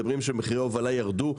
מדברים על כך שמחירי ההובלה ירדו,